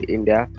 India